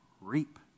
reap